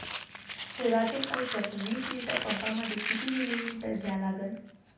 Coragen औषध विस litre पंपामंदी किती मिलीमिटर घ्या लागन?